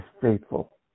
faithful